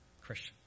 Christian